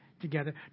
together